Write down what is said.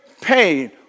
pain